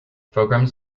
programs